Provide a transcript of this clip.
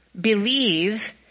believe